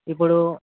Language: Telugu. ఇప్పుడు